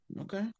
Okay